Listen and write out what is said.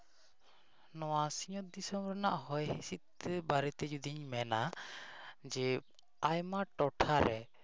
ᱱᱚᱣᱟ ᱥᱤᱧᱚᱛ ᱫᱤᱥᱚᱢ ᱨᱮᱱᱟᱜ ᱦᱚᱭ ᱦᱤᱥᱤᱫ ᱵᱟᱨᱮᱛᱮ ᱡᱩᱫᱤᱧ ᱢᱮᱱᱟ ᱡᱮ ᱟᱭᱢᱟ ᱴᱚᱴᱷᱟᱨᱮ